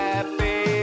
Happy